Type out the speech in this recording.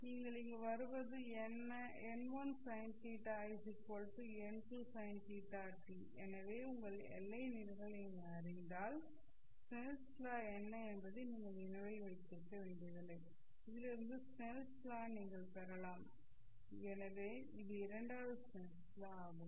நீங்கள் இங்கு வருவது n1 sin θi n2 sin θt எனவே உங்கள் எல்லை நிலைகளை நீங்கள் அறிந்தால் ஸ்னெல்லின் லா Snell's Law என்ன என்பதை நீங்கள் நினைவில் வைத்திருக்க வேண்டியதில்லை இதிலிருந்து ஸ்னெல்லின் லா Snell's Law நீங்கள் பெறலாம் எனவே இது இரண்டாவது ஸ்னெல்லின் லா Snell's Law